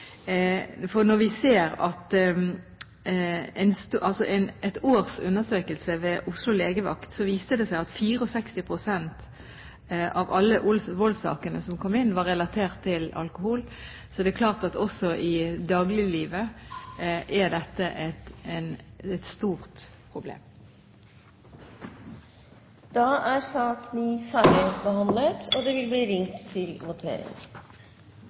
Når års undersøkelse ved Oslo legevakt viste at 64 pst. av alle voldssakene som kom inn, var relatert til alkohol, er det klart at også i dagliglivet er dette et stort problem. Interpellasjonsdebatten er dermed slutt. Stortinget går da til votering. I sak nr. 5 foreligger det ikke noe voteringstema. Sak nr. 5 var en interpellasjon til